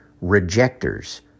rejectors